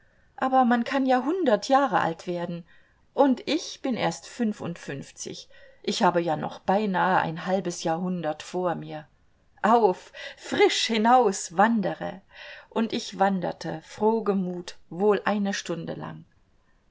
aber man kann ja hundert jahre alt werden und ich bin erst fünfundfünfzig ich habe ja noch beinahe ein halbes jahrhundert vor mir auf frisch hinaus wandere und ich wanderte frohgemut wohl eine stunde lang